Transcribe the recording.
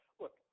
look